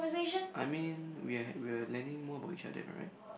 I mean we're we're learning more about each other right